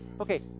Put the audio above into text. okay